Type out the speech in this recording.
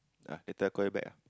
ah later call you back ah